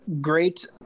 great